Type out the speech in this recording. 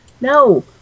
no